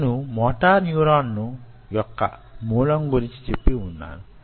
నేను motor neuron యొక్క మూలం గురించి చెప్పి వున్నాను